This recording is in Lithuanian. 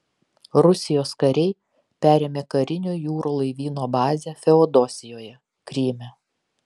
rusijos kariai perėmė karinio jūrų laivyno bazę feodosijoje kryme